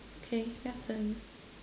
okay you're done